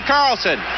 Carlson